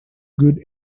good